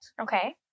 Okay